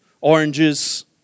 oranges